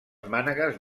mànegues